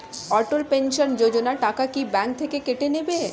অটল pension Yojana টাকা কি bank থেকে কেটে নেবে?